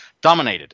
dominated